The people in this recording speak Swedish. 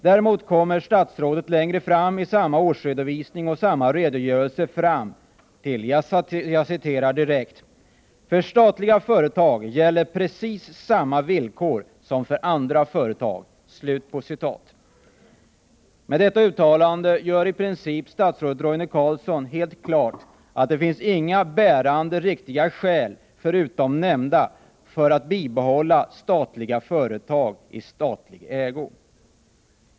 Däremot gör statsrådet längre fram i samma årsredovisning följande uttalande: ”För statliga företag gäller precis samma villkor som för andra företag.” Med detta uttalande gör statsrådet Carlsson i princip helt klart att det inte finns några bärande skäl — förutom de nämnda — för att bibehålla statliga företag i statlig ägo.